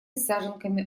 саженками